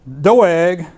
Doeg